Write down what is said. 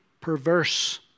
perverse